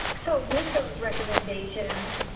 so, with those recommendations.